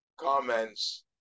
comments